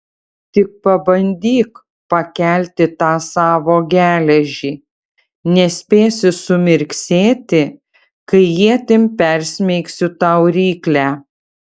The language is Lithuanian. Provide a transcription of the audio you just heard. tik pabandyk pakelti tą savo geležį nespėsi sumirksėti kai ietim persmeigsiu tau ryklę